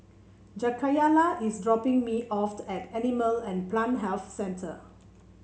Jakayla is dropping me off the at Animal and Plant Health Centre